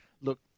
Look